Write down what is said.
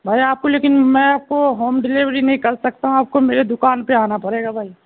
بھائی آپ کو لیکن میں آپ کو ہوم ڈلیوری نہیں کر سکتا ہوں آپ کو میرے دکان پہ آنا پڑے گا بھائی